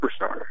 superstar